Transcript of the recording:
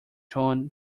john